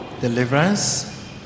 Deliverance